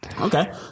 Okay